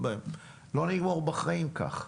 לא נגמור בחיים כך.